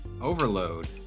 overload